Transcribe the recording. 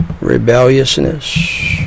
rebelliousness